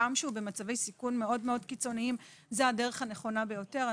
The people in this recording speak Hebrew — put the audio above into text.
הגם שהוא במצבי סיכון מאוד קיצוניים זה הדרך הנכונה ביותר.